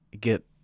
get